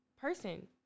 person